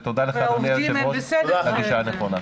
ותודה לך, אדוני היושב-ראש, על הגישה הנכונה.